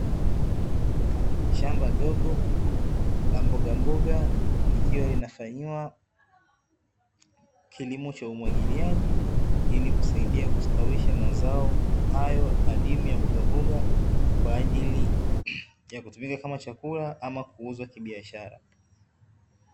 Shamba dogo la mbogamboga, likiwa linafanyiwa kilimo cha umwagiliaji, ili kusaidia kustawisha mazao hayo adimu ya mbogamboga kwa ajili ya kutumika kama chakula ama kuuzwa kibiashara.